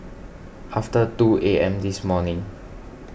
after two A M this morning